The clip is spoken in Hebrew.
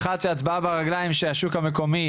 אחת שההצבעה ברגליים שהשוק המקומי